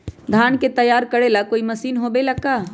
धान के तैयार करेला कोई मशीन होबेला का?